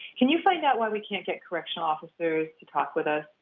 can you find out why we can't get correctional officers to talk with us?